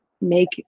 make